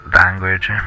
language